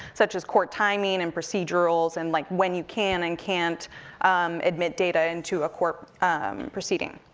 such as court timing, and procedurals, and like when you can and can't admit data into a court proceeding.